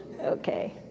Okay